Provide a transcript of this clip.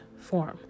form